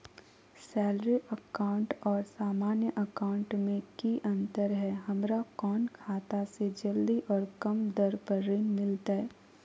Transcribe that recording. Salary account और सामान्य account मे की अंतर है हमरा कौन खाता से जल्दी और कम दर पर ऋण मिलतय?